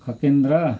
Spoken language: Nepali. खगेन्द्र